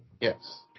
Yes